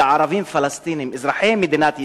כערבים פלסטינים אזרחי מדינת ישראל,